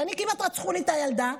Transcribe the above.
וכמעט רצחו לי את הילדה,